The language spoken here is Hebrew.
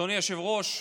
אדוני היושב-ראש,